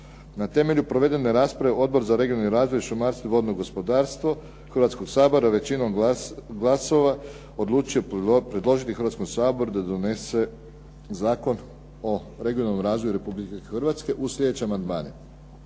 Na temelju provedene rasprave Odbor za regionalni razvoj, šumarstvo i vodno gospodarstvo Hrvatskog sabora većinom glasova odlučio je predložiti Hrvatskom saboru da donese Zakon o regionalnom razvoju Republike Hrvatske uz sljedeće amandmane.